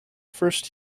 first